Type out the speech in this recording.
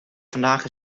vandaag